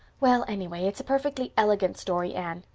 well, anyway, it's a perfectly elegant story, anne,